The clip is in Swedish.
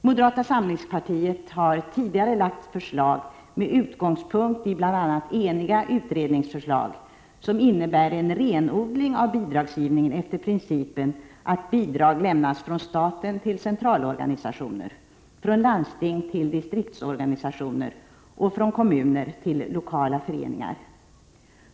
Moderata samlingspartiet har tidigare lagt fram förslag med utgångspunkt i bl.a. eniga utredningsförslag om en renodling av bidragsgivningen efter principen att bidragen lämnas från staten till centralorganisationer, från landsting till distriktsorganisationer och från kommuner till lokala föreningar.